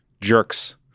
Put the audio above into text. jerks